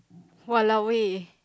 !walao! eh